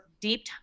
Deep